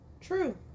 True